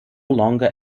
longer